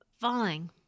Falling